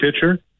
pitcher